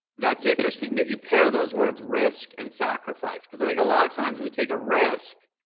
that's interesting that you pair those words, risk and sacrifice because i think a lot of times we take a risk,